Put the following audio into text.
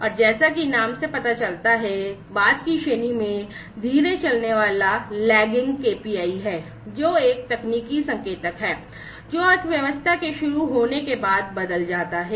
और जैसा कि नाम से पता चलता है कि बाद की श्रेणी में धीरे चलनेवाला KPI है जो एक तकनीकी संकेतक है जो अर्थव्यवस्था के शुरू होने के बाद बदल जाता है